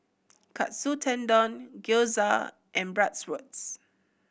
Katsu Tendon Gyoza and Bratwurst